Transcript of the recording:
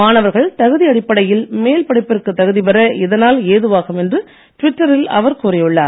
மாணவர்கள் தகுதி அடிப்படையில் மேல்படிப்பிற்கு தகுதிபெற இதனால் ஏதுவாகும் என்று ட்விட்டரில் அவர் கூறியுள்ளார்